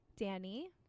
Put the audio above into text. Danny